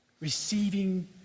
receiving